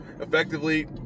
effectively